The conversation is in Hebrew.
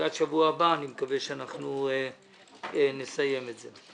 תחילת שבוע הבא אני מקווה שאנחנו נסיים את זה.